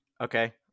Okay